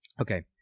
Okay